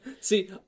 See